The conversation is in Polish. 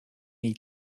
jej